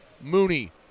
Mooney